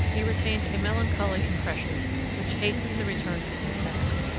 he retained a melancholy impression which hastened the return of his attacks.